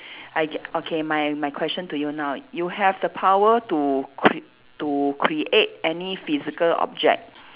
I get okay my my question to you now you have the power to cr~ to create any physical object